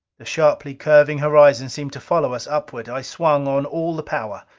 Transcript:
the sharply curving horizon seemed to follow us upward. i swung on all the power.